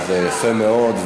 וזה יפה מאוד,